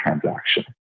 transaction